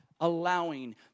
allowing